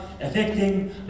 affecting